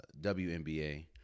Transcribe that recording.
WNBA